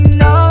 no